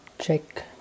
check